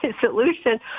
solution